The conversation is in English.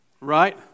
Right